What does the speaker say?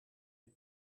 had